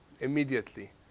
immediately